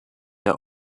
der